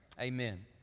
Amen